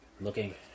Looking